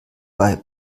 bei